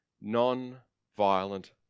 non-violent